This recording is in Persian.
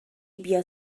بیاد